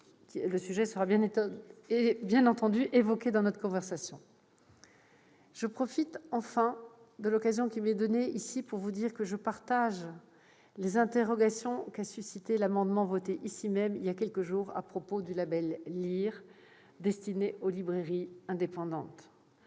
le sujet lors de notre conversation. Je profite, enfin, de l'occasion qui m'est donnée ici pour vous dire que je partage les interrogations suscitées par l'amendement voté ici même, il y a quelques jours, à propos du label LiR, destiné aux librairies indépendantes.